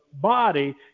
body